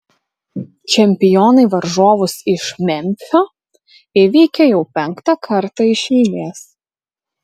čempionai varžovus iš memfio įveikė jau penktą kartą iš eilės